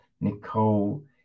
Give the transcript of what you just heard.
Nicole